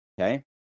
okay